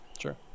Sure